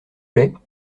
plait